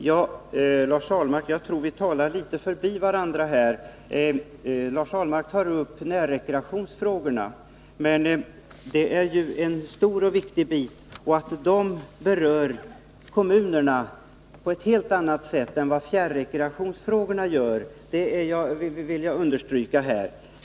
Herr talman! Jag tror att Lars Ahlmark och jag talar litet förbi varandra här. Lars Ahlmark tar upp närrekreationsfrågorna. Det är en stor och viktig bit, och dessa berör kommunerna på ett helt annat sätt än vad fjärrekreationsfrågorna gör.